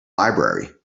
library